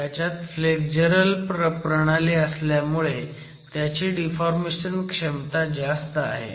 त्याच्यात flexural प्रणाली असल्यामुळे त्याची डिफॉर्मेशन क्षमता जास्त आहे